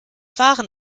fahren